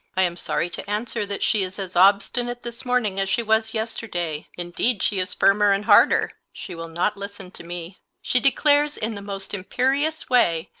i am sorry to answer that she is as obstinate this morning as she was yesterday. indeed she is firmer and harder. she will not listen to me. she declares, in the most imperious way,